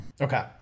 Okay